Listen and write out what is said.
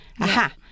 aha